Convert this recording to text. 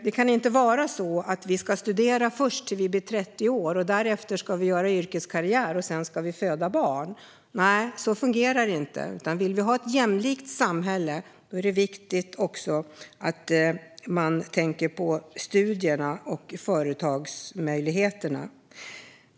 Det kan inte vara så att vi först ska studera tills vi blir 30 år, därefter göra yrkeskarriär och sedan föda barn. Nej, så fungerar det inte. Om vi vill ha ett jämlikt samhälle är det viktigt att vi också tänker på möjligheterna att studera och driva företag.